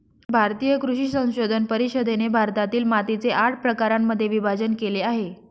भारतीय कृषी संशोधन परिषदेने भारतातील मातीचे आठ प्रकारांमध्ये विभाजण केले आहे